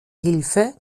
hilfe